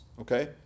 okay